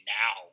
now